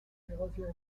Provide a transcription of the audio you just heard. negocios